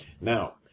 Now